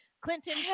clinton